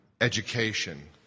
education